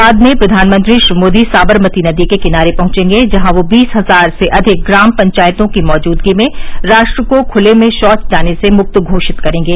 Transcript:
बाद में प्रधानमंत्री श्री मोदी सादरमती नदी के किनारे पहंचेंगें जहां वे बीस हजार से अधिक ग्राम पंचायतों की मौजुदगी में राष्ट्र को खुले में शौच जाने से मुक्त घोषित करेंगे